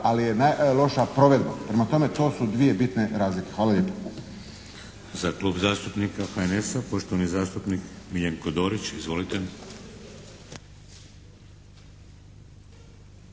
ali je loša provedba. Prema tome, to su dvije bitne razlike. Hvala lijepa. **Šeks, Vladimir (HDZ)** Za Klub zastupnika HNS-a, poštovani zastupnik Miljenko Dorić. Izvolite.